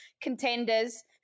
Contenders